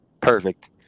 Perfect